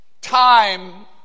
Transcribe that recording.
time